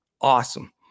awesome